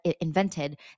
invented